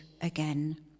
again